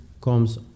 comes